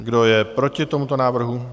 Kdo je proti tomuto návrhu?